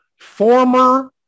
former